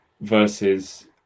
versus